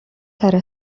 ترى